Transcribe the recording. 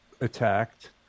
attacked